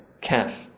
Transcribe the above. calf